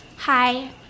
hi